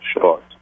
short